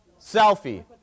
Selfie